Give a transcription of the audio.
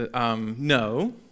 No